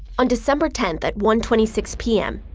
on december tenth at one twenty six p m,